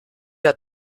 hat